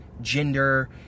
gender